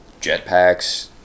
Jetpacks